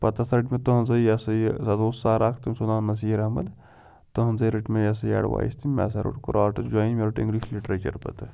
پَتہٕ ہَسا رٔٹ مےٚ تہنٛزٕے یہِ ہسا یہِ سُہ ہسا اوٗس سَر اَکھ تٔمس اوٗس ناو نصیٖر احمد تہنٛزٕے رٔٹ مےٚ یہِ ہسا یہِ ایٚڈوایس تہِ مےٚ ہسا روٚٹ کوٚر آرٹٕس جۄیِن مےٚ روٚٹ اِنٛگلِش لِٹریچَر پَتہٕ